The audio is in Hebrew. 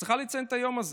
צריכה לציין את היום הזה?